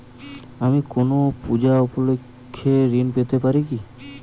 আমি কোনো পূজা উপলক্ষ্যে ঋন পেতে পারি কি?